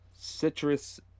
citrus